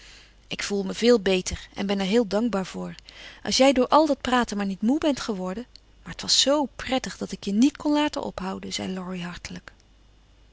ik voel me veel beter en ben er heel dankbaar voor als jij door al dat praten maar niet moe bent geworden maar t was zoo prettig dat ik je niet kon laten ophouden zei laurie hartelijk